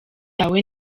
yawe